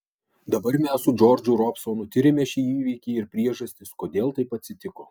dabar mes su džordžu robsonu tiriame šį įvykį ir priežastis kodėl taip atsitiko